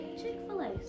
chick-fil-a